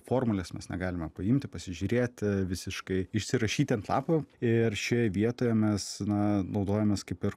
formulės mes negalime paimti pasižiūrėti visiškai išsirašyti ant lapo ir šioje vietoje mes na naudojamės kaip ir